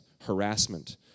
harassment